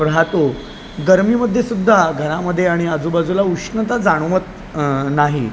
राहतो गर्मीमध्ये सुद्धा घरामध्ये आणि आजूबाजूला उष्णता जाणवत नाही